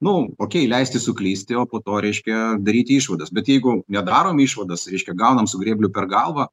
nu okei leisti suklysti o po to reiškia daryti išvadas bet jeigu nedarom išvadas reiškia gaunam su grebliu per galvą